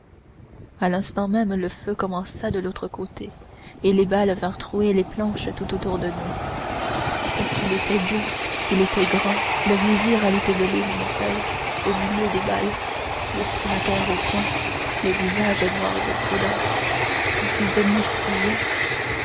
à l'instant même le feu commença de l'autre côté et les balles vinrent trouer les planches tout autour de nous oh qu'il était beau qu'il était grand le vizir ali tebelin mon père au milieu des balles le cimeterre au poing le visage noir de poudre comme ses ennemis fuyaient